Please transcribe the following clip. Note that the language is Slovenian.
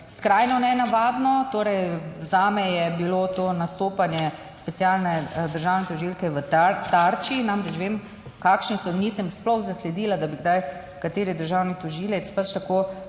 skrajno nenavadno. Torej, zame je bilo to nastopanje specialne državne tožilke v Tarči. Namreč, vem, kakšne so, nisem sploh zasledila, da bi kdaj kateri državni tožilec pač tako